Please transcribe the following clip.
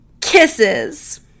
Kisses